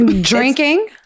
Drinking